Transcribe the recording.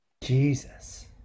jesus